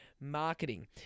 marketing